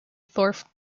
thorpe